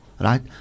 right